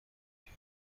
کرد